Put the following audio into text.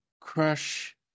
crush